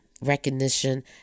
recognition